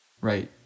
right